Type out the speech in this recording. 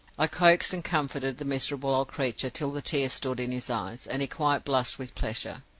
i coaxed and comforted the miserable old creature till the tears stood in his eyes, and he quite blushed with pleasure.